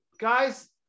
Guys